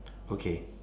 okay